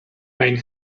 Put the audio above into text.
mijn